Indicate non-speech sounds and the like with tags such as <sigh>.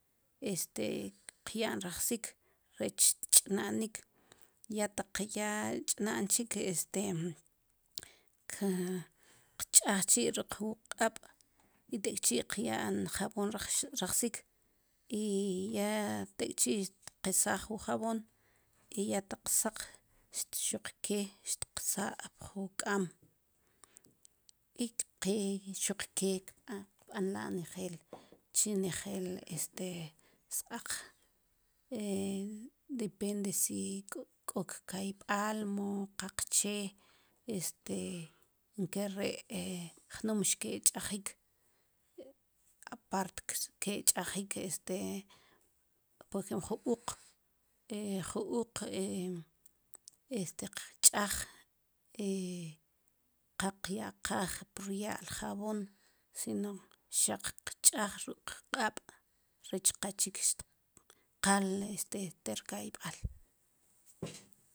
Este qya'n rajsik rech tch'nanik ya taq ya ch'na'n chik este qch'aj chi' ri qq'ab' i tek'chi' qya'n jabon rajsik i ya tek'chi' tqesaaj wu jabon i ya taq saq xuq ke tqsaa' pjun k'aam i xuq ke kb'anla' nejel chki nejel este s-aaq <hesitation> depende si k'o kka'yb'al mu qaqche este nkare' <hesitation> jnum xki' ch'ajik apart xke' ch'ajik este por ejemplo ju uq <hesitation> ju uq <hesitation> este xtqch'aj <hesitation> qa qya'qaj prya'l jabon sino xaq qch'aj ruk' qq'ab' rech qa chik xtq qal xte rka'yb'aal